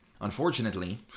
Unfortunately